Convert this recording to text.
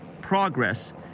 progress